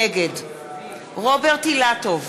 נגד רוברט אילטוב,